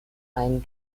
ein